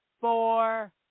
four